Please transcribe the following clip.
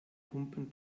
humpen